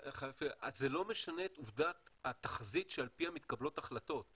זה לא משנה את עובדת התחזית שעל פיה מתקבלות החלטות.